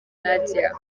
nadia